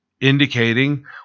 indicating